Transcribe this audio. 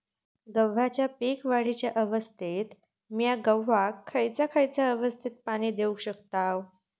गव्हाच्या पीक वाढीच्या अवस्थेत मिया गव्हाक खैयचा खैयचा अवस्थेत पाणी देउक शकताव?